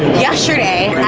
yesterday